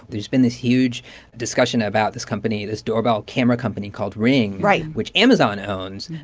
there's been this huge discussion about this company this doorbell camera company called ring. right. which amazon owns,